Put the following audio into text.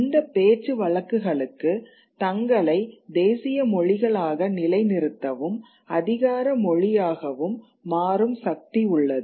இந்த பேச்சு வழக்குகளுக்கு தங்களை தேசிய மொழிகளாக நிலைநிறுத்தவும் அதிகார மொழியாகவும் மாறும் சக்தி உள்ளது